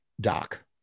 doc